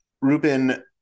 Ruben